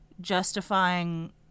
justifying